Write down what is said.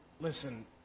listen